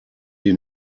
die